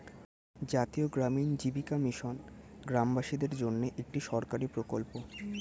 জাতীয় গ্রামীণ জীবিকা মিশন গ্রামবাসীদের জন্যে একটি সরকারি প্রকল্প